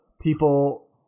people